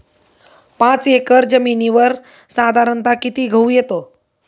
पाच एकर जमिनीवर साधारणत: किती गहू येतो?